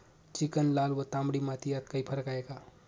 Chicken, लाल व तांबडी माती यात काही फरक आहे का?